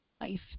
life